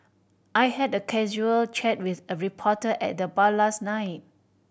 I had a casual chat with a reporter at the bar last night